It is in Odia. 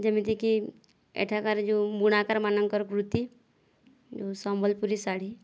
ଯେମିତି କି ଏଠାକାର ଯେଉଁ ବୁଣାକାର ମାନଙ୍କର କୃତି ଯେଉଁ ସମ୍ବଲପୁରୀ ଶାଢ଼ୀ